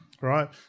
right